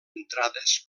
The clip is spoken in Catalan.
entrades